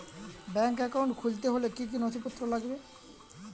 Bank account খুলতে হলে কি কি নথিপত্র লাগবে?